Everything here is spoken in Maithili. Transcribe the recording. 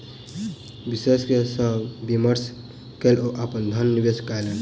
विशेषज्ञ सॅ विमर्श कय के ओ अपन धन निवेश कयलैन